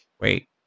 Wait